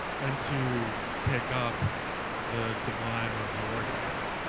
and to take up the sublime of the ordinary.